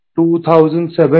2007